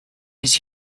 his